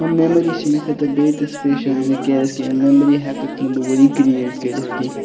یِم میموری چھِ مےٚ خٲطر بیٚیہِ تہِ سُپیشَل زِ کیٛازِکہِ یِم میموری ہٮ۪کَکھ نہٕ بہٕ وۄنۍ بیٚیہِ کریٖٹ کٔرِتھ کیٚنٛہہ